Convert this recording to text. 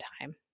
time